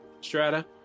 Strata